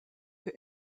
für